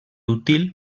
útil